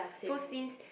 so since